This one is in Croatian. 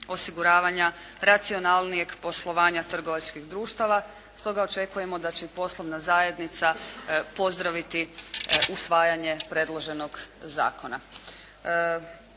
osiguravanja racionalnijeg poslovanja trgovačkih društava. Stoga očekujemo da će poslovna zajednica pozdraviti usvajanje predloženog zakona.